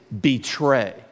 Betray